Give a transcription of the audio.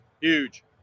Huge